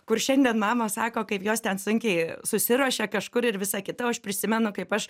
kur šiandien mamos sako kaip jos ten sunkiai susiruošia kažkur ir visa kita o aš prisimenu kaip aš